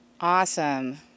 Awesome